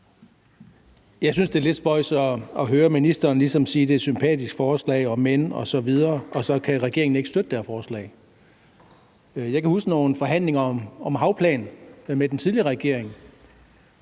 Jeg synes, det er lidt spøjst ligesom at høre ministeren sige, at det er et sympatisk forslag, om end osv., og at regeringen så ikke kan støtte det her forslag. Jeg kan huske nogle forhandlinger med den tidligere regering